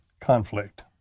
Conflict